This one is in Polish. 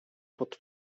pod